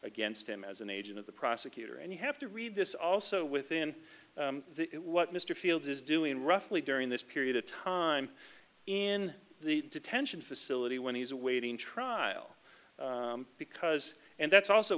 against him as an agent of the prosecutor and you have to read this also within the what mr fields is doing roughly during this period of time in the detention facility when he's awaiting trial because and that's also